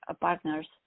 partners